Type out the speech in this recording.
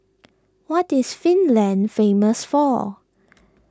what is Finland famous for